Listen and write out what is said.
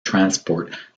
transport